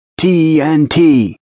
TNT